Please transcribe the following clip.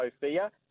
Sophia